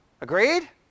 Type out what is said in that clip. Agreed